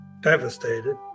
devastated